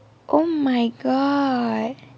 oh my god